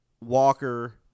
Walker